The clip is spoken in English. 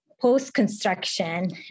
post-construction